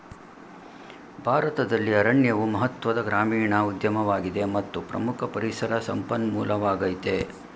ಭಾರತದಲ್ಲಿ ಅರಣ್ಯವು ಮಹತ್ವದ ಗ್ರಾಮೀಣ ಉದ್ಯಮವಾಗಿದೆ ಮತ್ತು ಪ್ರಮುಖ ಪರಿಸರ ಸಂಪನ್ಮೂಲವಾಗಯ್ತೆ